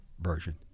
version